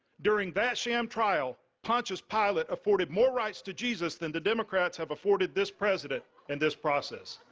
during that sham trial, pontius pilate afforded more rights to jesus than the democrats have afforded this president in this process.